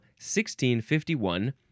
1651